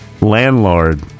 landlord